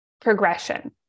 progression